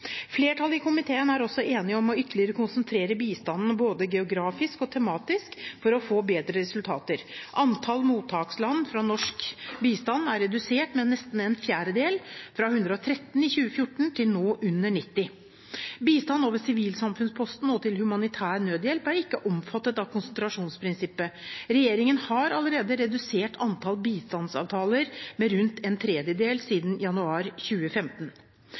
Flertallet i komiteen er også enig om ytterligere å konsentrere bistanden både geografisk og tematisk for å få bedre resultater. Antallet mottaksland for norsk bistand er redusert med nesten en fjerdedel, fra 113 i 2014 til nå under 90. Bistand over sivilsamfunnsposten og til humanitær nødhjelp er ikke omfattet av konsentrasjonsprinsippet. Regjeringen har allerede redusert antallet bistandsavtaler med rundt en tredjedel siden januar 2015.